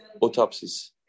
autopsies